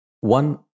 One